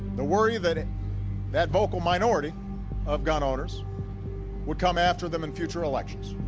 the worry that that vocal minority of gun owners would come after them in future elections.